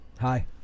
Hi